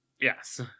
Yes